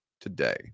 today